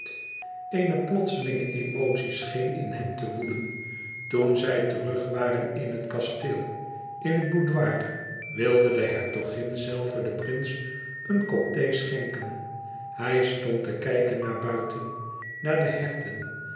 eene plotselinge emotie scheen in hem te woelen toen zij terug waren in het kasteel in het boudoir wilde de hertogin zelve den prins een kop thee schenken hij stond te kijken naar buiten naar de herten